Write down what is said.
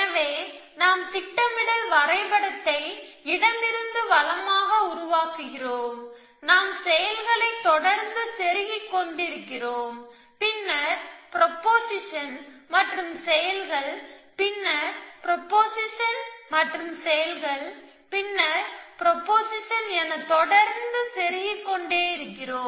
எனவே நாம் திட்டமிடல் வரைபடத்தை இடமிருந்து வலமாக உருவாக்குகிறோம் நாம் செயல்களை தொடர்ந்து செருகிக் கொண்டிருக்கிறோம் பின்னர் ப்ரொபொசிஷன் மற்றும் செயல்கள் பின்னர் ப்ரொபொசிஷன் மற்றும் செயல்கள் பின்னர் ப்ரொபொசிஷன் என தொடர்ந்து செருகிக் கொண்டே இருக்கிறோம்